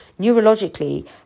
Neurologically